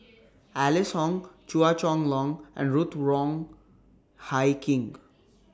Alice Ong Chua Chong Long and Ruth Wong Hie King